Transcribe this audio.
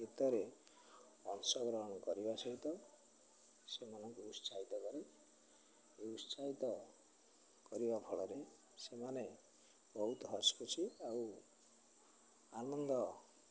ଗୀତରେ ଅଂଶଗ୍ରହଣ କରିବା ସହିତ ସେମାନଙ୍କୁ ଉତ୍ସାହିତ କରେ ଏ ଉତ୍ସାହିତ କରିବା ଫଳରେ ସେମାନେ ବହୁତ ହସଖୁସି ଆଉ ଆନନ୍ଦ